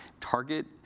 target